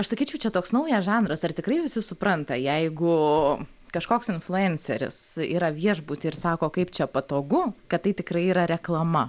aš sakyčiau čia toks naujas žanras ar tikrai visi supranta jeigu kažkoks influenceris yra viešbuty ir sako kaip čia patogu kad tai tikrai yra reklama